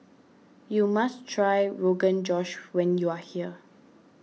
you must try Rogan Josh when you are here